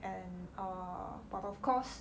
and err but of course